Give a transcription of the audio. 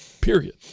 period